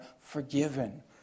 forgiven